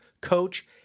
coach